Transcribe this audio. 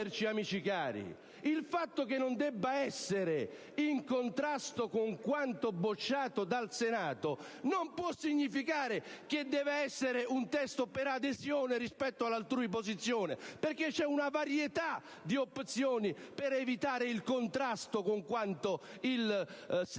il fatto che non debba essere in contrasto con quanto bocciato dal Senato non può significare che deve essere un testo per adesione rispetto all'altrui posizione, perché per evitare il contrasto con quanto il Senato